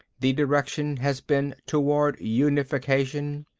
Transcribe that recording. the direction has been toward unification.